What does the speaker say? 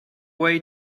way